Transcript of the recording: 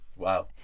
Wow